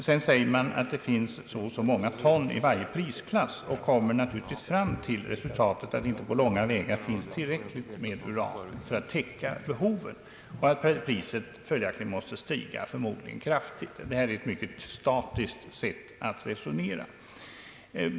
Sedan säger man att det finns så och så många ton i varje prisklass, och man kommer naturligtvis fram till resultatet att det inte på långa vägar finns tillräckligt med uran för att täcka behovet och att priset följaktligen måste stiga, förmodligen ytterst kraftigt — detta är ett mycket statiskt sätt att resonera.